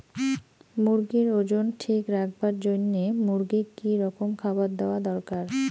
মুরগির ওজন ঠিক রাখবার জইন্যে মূর্গিক কি রকম খাবার দেওয়া দরকার?